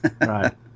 right